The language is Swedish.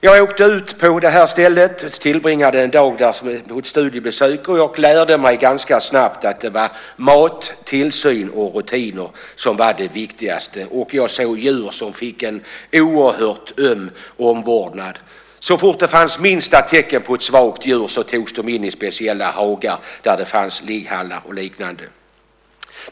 Jag åkte ut till detta ställe en dag och gjorde ett studiebesök. Jag lärde mig ganska snabbt att det var mat, tillsyn och rutiner som var det viktigaste. Och jag såg djur som fick en oerhört öm omvårdnad. Så fort det finns minsta tecken på att ett djur är svagt tas det in i en speciell hage där det finns ligghallar och liknande.